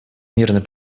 мирный